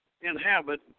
inhabit